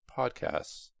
podcasts